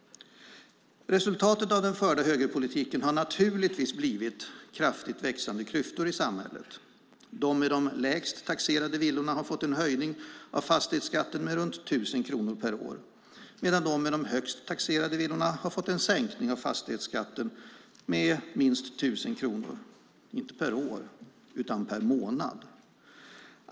Resultatet av den förda högerpolitiken har naturligtvis blivit kraftigt växande klyftor i samhället. De med de lägst taxerade villorna har fått en höjning av fastighetsskatten med runt 1 000 kronor per år medan de med de högst taxerade villorna har fått en sänkning av fastighetsskatten med minst 1 000 kronor inte per år utan per månad.